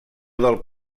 del